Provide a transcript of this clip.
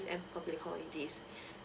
and public holiday